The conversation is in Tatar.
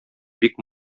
бик